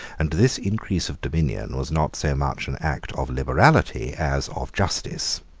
and this increase of dominion was not so much an act of liberality as of justice.